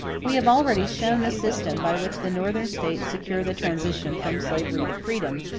we have already shown the system by which the northern states secure the transition from slavery to freedom,